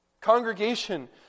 Congregation